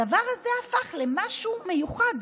הדבר הזה הפך למשהו מיוחד.